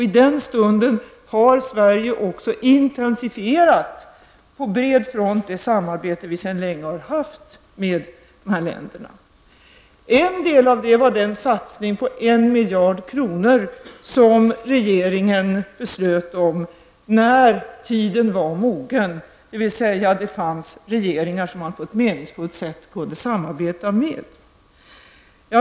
I den stunden har Sverige också på bred front intensifierat det samarbete vi sedan länge har haft med dessa länder. En del av detta samarbete utgjordes av den satsning på 1 miljard kronor som regeringen beslutade om när tiden var mogen, dvs. när det fanns regeringar som man på ett meningsfullt sätt kunde samarbeta med.